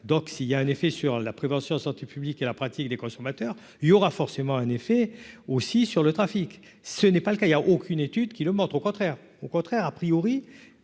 donc si il y a un effet sur la prévention, santé publique et la pratique des consommateurs, il y aura forcément un effet aussi sur le trafic, ce n'est pas le cas il y a aucune étude qui le montrent, au contraire, au